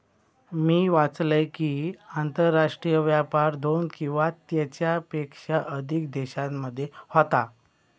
मी वाचलंय कि, आंतरराष्ट्रीय व्यापार दोन किंवा त्येच्यापेक्षा अधिक देशांमध्ये होता